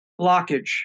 blockage